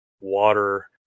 water